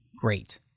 great